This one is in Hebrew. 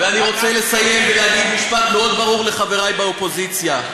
ואני רוצה לסיים ולהגיד משפט מאוד ברור לחברי באופוזיציה,